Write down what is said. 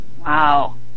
Wow